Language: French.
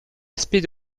aspect